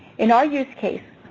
in our use case,